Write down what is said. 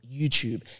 YouTube